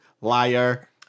liar